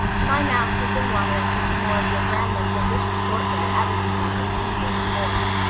my mouth has been watering for some more of your grandma's delicious shortbread ever since i had tea here before.